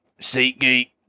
SeatGeek